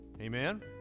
Amen